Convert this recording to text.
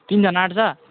तिनजना अँट्छ